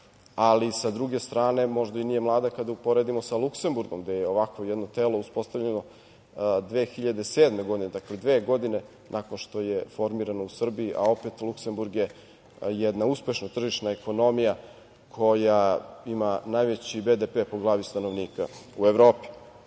ali sa druge strane, možda i nije mlada kada uporedimo sa Luksemburgom, gde je ovakvo jedno telo uspostavljeno 2007. godine, dakle, dve godine nakon što je formirano u Srbiji, a opšte Luksemburg je jedna uspešna tržišna ekonomija koja ima najveći BDP po glavi stanovnika u Evropi. Možemo